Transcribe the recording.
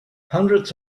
hundreds